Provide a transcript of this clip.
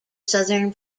southern